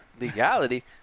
Legality